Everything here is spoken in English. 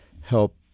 help